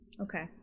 Okay